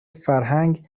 فرهنگ